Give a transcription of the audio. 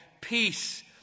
peace